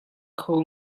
kho